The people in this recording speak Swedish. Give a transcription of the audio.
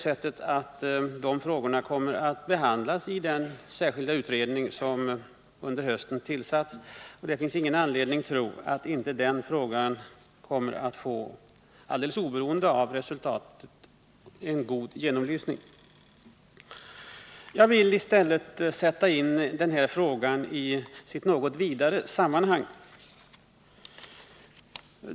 Denna fråga kommer ju att behandlas i den särskilda utredning som under hösten tillsatts, och det finns ingen anledning att tro att inte frågan kommer att få — alldeles oberoende av utredningens resultat — en god genomlysning. Jag vill i stället sätta in denna fråga i ett något vidare sammanhang.